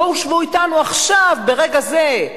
בואו שבו אתנו עכשיו, ברגע זה.